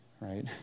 right